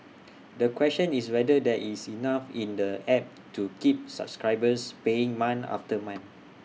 the question is whether there is enough in the app to keep subscribers paying month after month